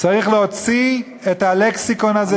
צריך להוציא את הלקסיקון הזה,